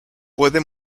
puede